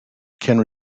can